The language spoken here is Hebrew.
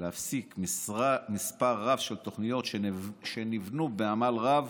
להפסיק מספר רב של תוכניות שנבנו בעמל רב